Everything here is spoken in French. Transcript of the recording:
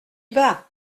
bas